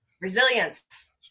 Resilience